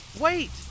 Wait